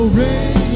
rain